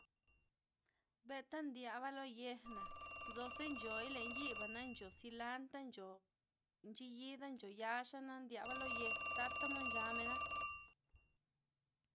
Mbenta' ndyaba lo yejna', nzoze nchoy len yiba'na ncho silanta', ncho inchiyida, ncho yaxa' na ndyaba lo yej tata mod nchamena'.